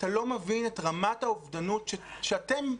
אתה לא מבין את רמת האובדנות שאתם,